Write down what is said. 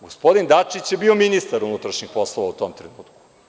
Gospodin Dačić je bio ministar unutrašnjih poslova u tom trenutku.